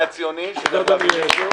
מחרתיים,